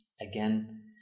again